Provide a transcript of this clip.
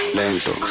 lento